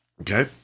Okay